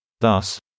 Thus